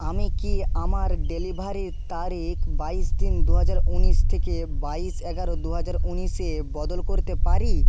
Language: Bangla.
আমি কি আমার ডেলিভারির তারিখ বাইশ তিন দুহাজার উনিশ থেকে বাইশ এগারো দুহাজার উনিশে বদল করতে পারি